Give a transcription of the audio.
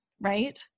right